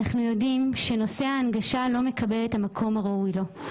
אנחנו יודעים שנושא ההנגשה לא מקבל את המקום הראוי לו,